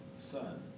Son